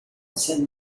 said